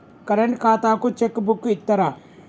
Current ఖాతాకు cheque book ఇత్తరా?